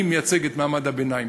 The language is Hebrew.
אני מייצג את מעמד הביניים.